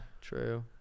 true